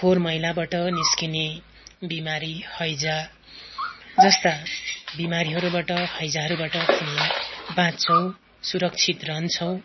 फोहोर मैलाबाट निस्किने बिमारी हैजा जस्ता बिमारीहरूबाट हैजाहरूबाट हामी बाँच्छौँ सुरक्षित रहन्छौँ